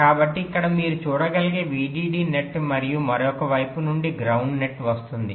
కాబట్టి అక్కడ మీరు చూడగలిగే VDD నెట్ మరియు మరొక వైపు నుండి గ్రౌండ్ నెట్ వస్తోంది